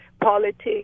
politics